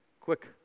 quick